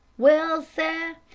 well, seh,